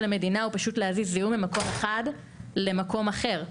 המדינה זה פשוט להזיז זיהום ממקום אחד למקום אחר.